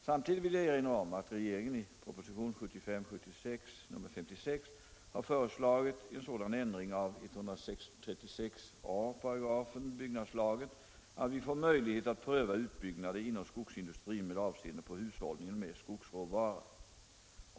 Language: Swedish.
Samtidigt vill jag erinra om att regeringen i propositionen 1975/76:56 har föreslagit en sådan ändring av 136 a § byggnadslagen att vi får möjlighet att pröva utbyggnader inom skogsindustrin med avseende på hushållningen med skogsråvara.